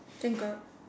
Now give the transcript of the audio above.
thank god